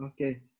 Okay